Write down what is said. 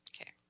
Okay